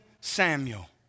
Samuel